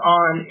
on